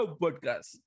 podcast